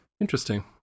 Interesting